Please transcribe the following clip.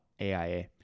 AIA